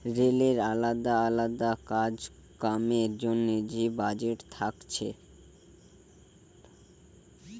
রেলের আলদা আলদা কাজ কামের জন্যে যে বাজেট থাকছে